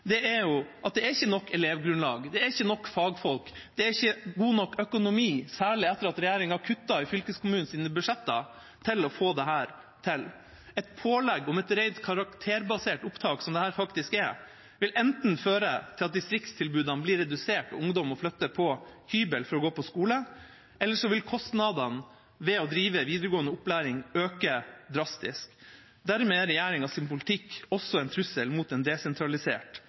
er at det er ikke nok elevgrunnlag, det er ikke nok fagfolk, det er ikke god nok økonomi, særlig etter at regjeringa kuttet i fylkeskommunenes budsjett, til å få dette til. Et pålegg om et rent karakterbasert opptak, som dette faktisk er, vil enten føre til at distriktstilbudene blir redusert og ungdom må flytte på hybel for å gå på skole, eller så vil kostnadene ved å drive videregående opplæring øke drastisk. Dermed er regjeringas politikk også en trussel mot en desentralisert